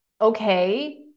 okay